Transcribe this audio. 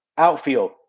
Outfield